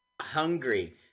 hungry